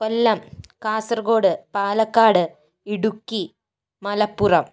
Kollam Kasaragod Palakkad Idukki Malappuram